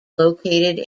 located